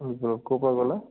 ক'ৰ পৰা ক'লে